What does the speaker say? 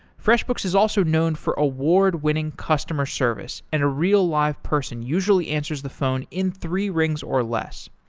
freshbooks is also known for award-winning customer service and a real live person usually answers the phone in three rings or less.